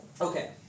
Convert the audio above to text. Okay